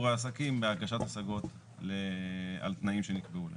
העסקים בהגשת השגות על תנאים שנקבעו להם.